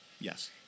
Yes